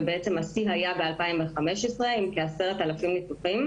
ובעצם השיא היה ב-2015 עם כ-10,000 ניתוחים.